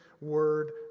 word